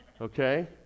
Okay